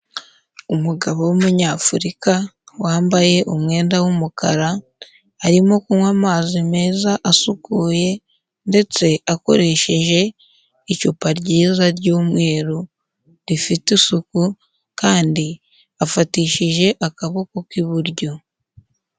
Umugabo w'umunyafurika wambaye umwenda w'umukara arimo kunywa amazi meza asukuye ndetse akoresheje icupa ryiza ry'umweru rifite isuku kandi afatishije akaboko k'iburyo.